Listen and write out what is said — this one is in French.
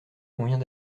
convient